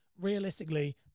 realistically